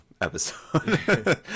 episode